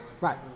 Right